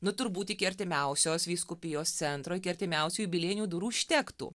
nu turbūt iki artimiausios vyskupijos centro iki artimiausių jubiliejinių durų užtektų